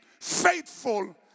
faithful